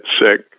sick